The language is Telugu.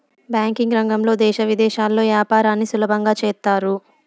బ్యాంకింగ్ రంగంలో దేశ విదేశాల్లో యాపారాన్ని సులభంగా చేత్తారు